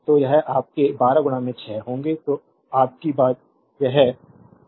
तो यह आपके 126 होंगे तो आपकी बात यह 72 वाट की होगी